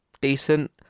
decent